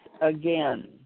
again